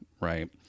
right